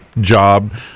job